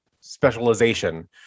specialization